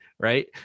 Right